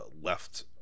left